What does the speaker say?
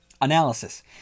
Analysis